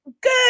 good